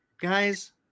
guys